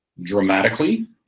dramatically